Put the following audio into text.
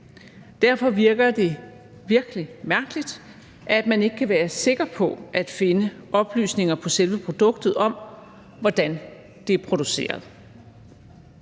Derfor virker det virkelig mærkeligt, at man ikke kan være sikker på at finde oplysninger på selve produktet om, hvordan det er produceret.